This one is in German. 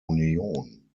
union